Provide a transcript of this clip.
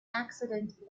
accident